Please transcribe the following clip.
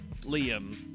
Liam